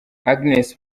agnes